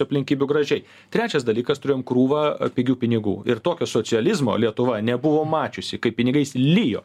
aplinkybių gražiai trečias dalykas turėjom krūvą pigių pinigų ir tokio socializmo lietuva nebuvo mačiusi kai pinigais lijo